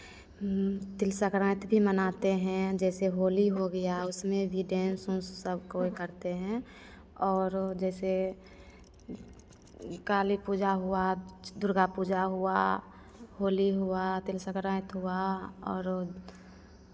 तिल संक्रांति भी मनाते हैं जैसे होली हो गया उसमें भी डांस ऊंस सब कोई करते हैं और वो जैसे काली पूजा हुआ दुर्गा पूजा हुआ होली हुआ तिल संक्रांति हुआ और वो